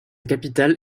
capitale